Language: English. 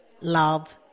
love